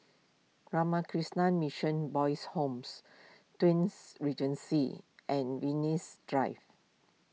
Ramakrishna Mission Boys' Homes Twins Regency and Venus Drive